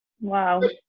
Wow